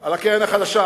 על הקרן החדשה.